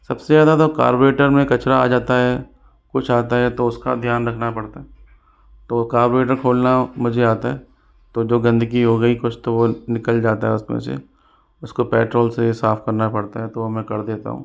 सबसे ज़्यादा तो कार्बोरेटर में कचरा आ जाता है कुछ आता है तो उसका ध्यान रखना पड़ता है तो कार्बोरेटर खोलना मुझे आता है तो जो गंदगी हो गई कुछ तो वह निकाल जाता है उसमें से उसको पेट्रोल से साफ करना पड़ता है तो मैं कर देता हूँ